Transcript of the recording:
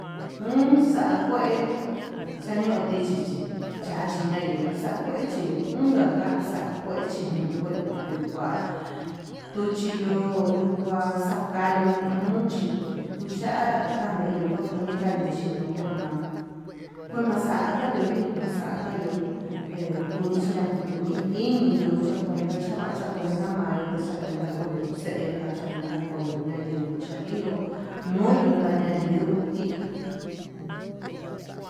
Un xakue xaño'o tichi chí chachi ñayenguo xakue chió, un kaka xakue yuukua tuchi yo'o yó kua xakayo minuchi kucha kandeka ñeka kunda nuchi nukue ma'a kuenaxaka yuki maxaka yo'í, he kunichiña nakutunii niyo hakuenta chava chakuentá namayo xakuenta koyo xe'e taxakuenta koyo ña'a yeguo cha ihó ñuñu taña yenguó yiá.